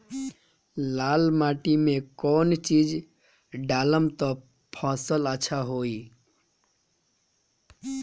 लाल माटी मे कौन चिज ढालाम त फासल अच्छा होई?